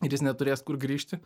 ir jis neturės kur grįžti